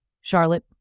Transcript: Charlotte